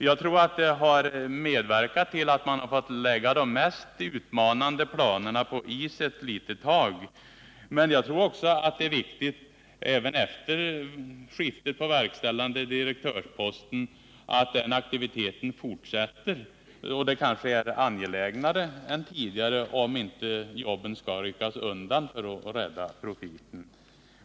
Jag tror att de har medverkat till att bolaget har fått lägga de mest utmanande planerna på is ett litet tag. Men jag tror också att det är viktigt att den aktiviteten fortsätter även efter skiftet på posten som verkställande direktör. Det kanske är mer angeläget än tidigare, om inte jobben skall ryckas undan för att rädda profiten.